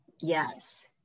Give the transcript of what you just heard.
Yes